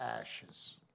ashes